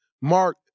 Mark